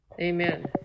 Amen